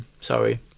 sorry